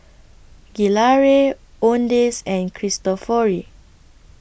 Gelare Owndays and Cristofori